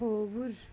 کھووُر